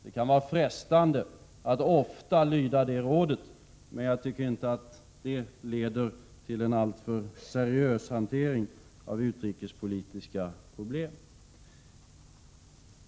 Det kan vara frestande att ofta lyda det rådet, men det leder inte till en alltför seriös hantering av utrikespolitiska problem.